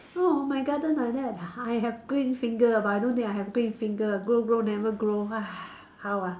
oh my garden like that I have green finger but I don't think I have green finger grow grow never grow how ah